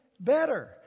better